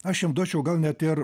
aš jam duočiau gal net ir